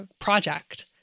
project